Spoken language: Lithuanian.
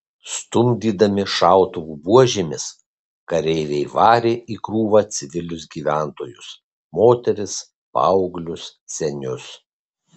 stumdydami šautuvų buožėmis kareiviai varė į krūvą civilius gyventojus moteris paauglius senius